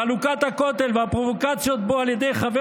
חלוקת הכותל והפרובוקציות בו על ידי חבר